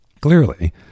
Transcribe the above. Clearly